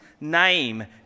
name